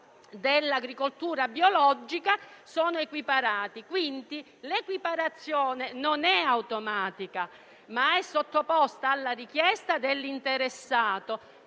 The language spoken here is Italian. dell'agricoltura biologica sono equiparati. L'equiparazione non è pertanto automatica, ma è sottoposta alla richiesta dell'interessato,